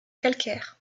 calcaire